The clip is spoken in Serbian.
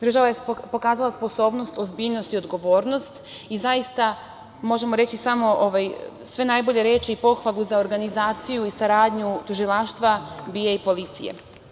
Država je pokazala sposobnost, ozbiljnost i odgovornost i zaista možemo reći sve najbolje reči i pohvalu za organizaciju i saradnju tužilaštva, BIA i policije.